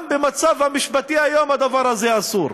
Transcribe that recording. גם במצב המשפטי היום הדבר הזה אסור.